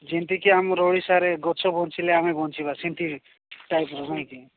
ଯେମିତି କିି ଆମର ଓଡ଼ିଶାରେ ଗଛ ବଞ୍ଚିଲେ ଆମେ ବଞ୍ଚିବା ସିନ୍ତି ଟାଇପ୍ର ନାଇଁକି